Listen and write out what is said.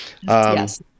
Yes